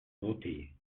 voter